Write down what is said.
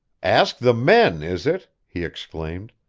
ask the men, is it? he exclaimed.